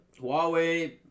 Huawei